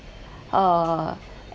uh